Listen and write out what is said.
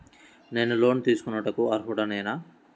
నేను లోన్ తీసుకొనుటకు అర్హుడనేన?